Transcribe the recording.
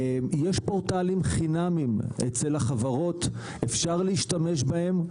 יש פורטלים חינמיים אצל החברות ואפשר להשתמש בהם.